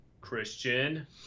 Christian